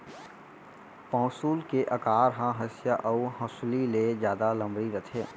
पौंसुल के अकार ह हँसिया अउ हँसुली ले जादा लमरी रथे